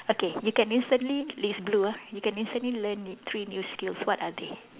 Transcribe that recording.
okay you can instantly this is blue ah you can instantly learn n~ three new skills what are they